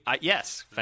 Yes